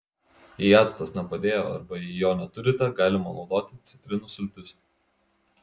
jei actas nepadėjo arba jei jo neturite galima naudoti citrinų sultis